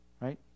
right